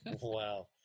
Wow